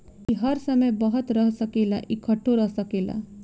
ई हर समय बहत रह सकेला, इकट्ठो रह सकेला